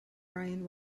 bryan